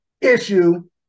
Issue